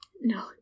no